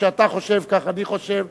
מה שאתה חושב כך אני חושב,